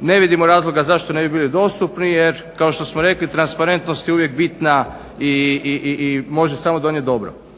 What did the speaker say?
ne vidimo razloga zašto ne bi bili dostupni jer kao što smo rekli transparentnost je uvijek bitna i može samo donijet dobro.